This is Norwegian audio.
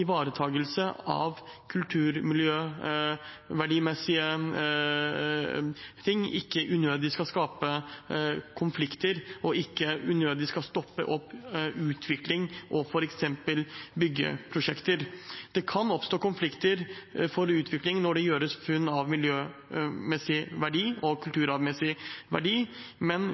av kulturmiljøverdimessige ting ikke unødig skal skape konflikter og ikke unødig skal stoppe opp utvikling og f.eks. byggeprosjekter. Det kan oppstå konflikter ved utvikling når det gjøres funn av miljømessig og kulturarvmessig verdi, men